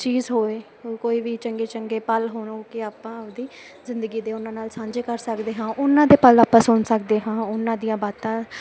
ਚੀਜ਼ ਹੋਏ ਕੋਈ ਵੀ ਚੰਗੇ ਚੰਗੇ ਪਲ ਹੋਣ ਹੋ ਕੇ ਆਪਾਂ ਆਪਦੀ ਜ਼ਿੰਦਗੀ ਦੇ ਉਹਨਾਂ ਨਾਲ ਸਾਂਝੇ ਕਰ ਸਕਦੇ ਹਾਂ ਉਹਨਾਂ ਦੇ ਪਲ ਆਪਾਂ ਸੁਣ ਸਕਦੇ ਹਾਂ ਉਹਨਾਂ ਦੀਆਂ ਬਾਤਾਂ